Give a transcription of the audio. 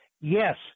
yes